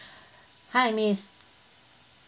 hi miss